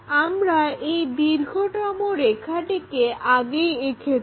আমরা এই দীর্ঘতম রেখাটিকে আগেই এঁকেছি